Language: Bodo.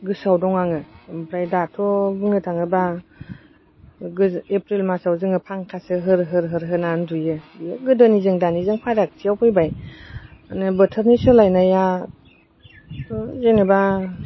गोसोआव दङ आङो ओमफ्राय दाथ' बुंनो थाङोबा एप्रिल मासाव जोङो फांखासो होर होर होर होनानै उन्दुयो गोदोनिजों दानिजों फारागथियाव फैबाय माने बोथोरनि सोलायनायाबो जेनेबा